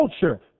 culture